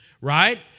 right